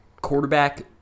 Quarterback